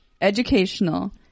educational